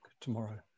tomorrow